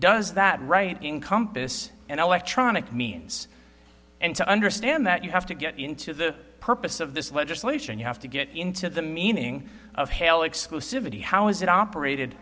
does that right in compass and electronic means and to understand that you have to get into the purpose of this legislation you have to get into the meaning of hail exclusivity how is it operated